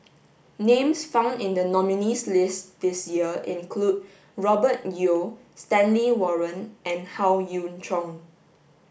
names found in the nominees' list this year include Robert Yeo Stanley Warren and Howe Yoon Chong